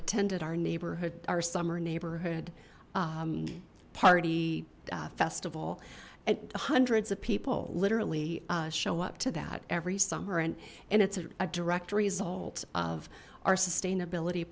attended our neighborhood our summer neighborhood party festival and hundreds of people literally show up to that every summer and and it's a direct result of our sustainability